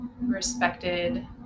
respected